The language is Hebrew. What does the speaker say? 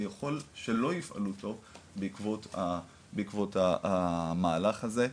ויכול שלא יפעלו טוב בעקבות המהלך הזה,